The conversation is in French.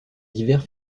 divers